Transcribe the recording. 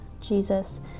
Jesus